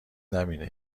نبینه